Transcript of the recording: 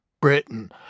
Britain